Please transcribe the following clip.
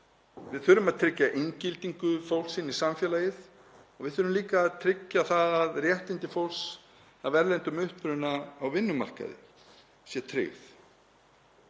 Við þurfum að tryggja inngildingu fólks í samfélaginu og við þurfum líka að tryggja að réttindi fólks af erlendum uppruna á vinnumarkaði séu tryggð.